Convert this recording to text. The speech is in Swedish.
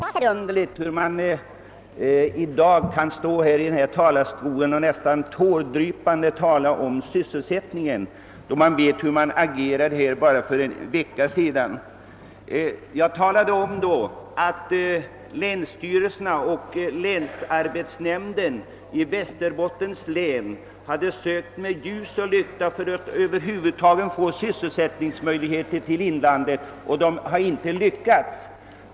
Herr talman! Det är förunderligt att man i dag kan stå i denna talarstol och nästan tårdrypande tala om sysselsättningen, när vi vet hur man agerade här för bara en vecka sedan! Jag nämnde då att länsstyrelsen och länsarbetsnämnden i Västerbottens län hade sökt med ljus och lykta för att över huvud taget finna möjligheter till sysselsättning i inlandet men inte hade lyckats.